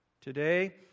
Today